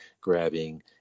grabbing